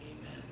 Amen